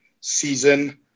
season